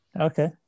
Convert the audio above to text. Okay